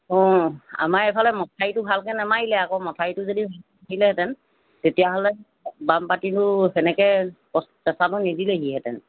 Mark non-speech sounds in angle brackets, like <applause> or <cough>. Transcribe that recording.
অঁ আমাৰ এইফালে মথাউৰিটো ভালকৈ নেমাৰিলে আকৌ মথাউৰিটো যদি <unintelligible> হেঁতেন তেতিয়াহ'লে বানপানীটো তেনেকৈ কষ্ট প্ৰেচাৰটো নিদিলেহি হেঁতেন